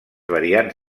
variants